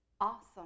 awesome